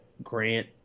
Grant